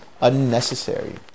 unnecessary